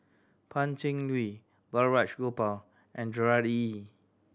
Pan Cheng Lui Balraj Gopal and Gerard Ee